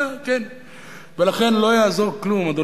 צודק במאה אחוז.